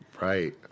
Right